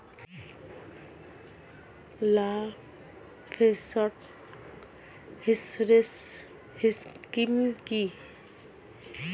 Livestock insurance scheme কি?